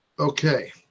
Okay